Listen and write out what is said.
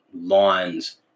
lines